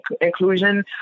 inclusion